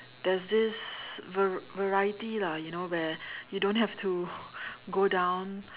there is this var~ variety lah you know where you don't have to go down